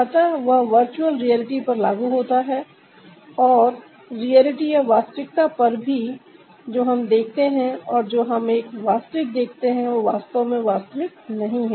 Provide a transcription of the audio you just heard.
अतः वह virtual reality पर लागू होता है और रियलिटी या वास्तविकता पर भी जो हम देखते हैं और जो हम वास्तविक देखते हैं वह वास्तव में वास्तविक नहीं है